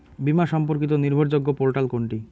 বীমা সম্পর্কিত নির্ভরযোগ্য পোর্টাল কোনটি?